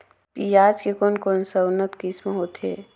पियाज के कोन कोन सा उन्नत किसम होथे?